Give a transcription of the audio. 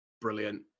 Brilliant